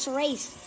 race